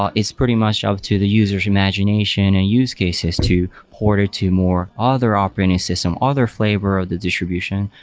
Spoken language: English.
ah it's pretty much up to the user's imagination and use cases to hoarder two more other operating system, other flavor of the distribution,